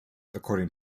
according